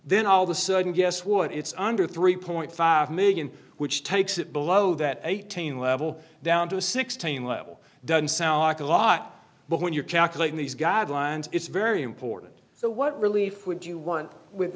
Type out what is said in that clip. then all the sudden guess what it's under three point five million which takes it below that eighteen level down to a sixteen level doesn't sound like a lot but when you're calculating these guidelines it's very important so what relief would you want with